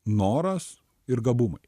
noras ir gabumai